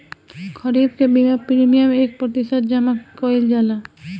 खरीफ के बीमा प्रमिएम क प्रतिशत जमा कयील जाला?